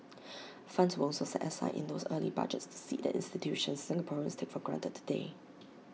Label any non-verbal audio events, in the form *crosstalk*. *noise* funds were also set aside in those early budgets to seed the institutions Singaporeans take for granted today